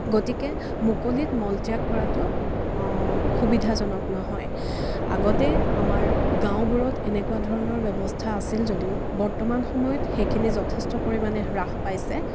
গতিকে মুকলিত মলত্যাগ কৰাটো সুবিধাজনক নহয় আগতে আমাৰ গাঁওবোৰত এনেকুৱা ধৰণৰ ব্যৱস্থা আছিল যদিও বৰ্তমান সময়ত সেইখিনি যথেষ্ট পৰিমাণে হ্ৰাস পাইছে